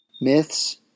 Myths